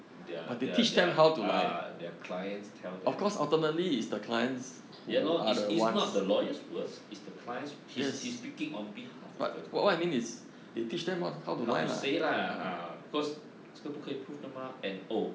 they're they're they're ah they're clients tell them ya lor is is not the lawyers is the clients he's he's speaking on behalf of the how to say lah ah because 这个不可以 proof 的吗 and oh